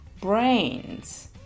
brains